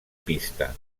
pista